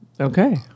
Okay